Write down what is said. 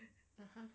(uh huh)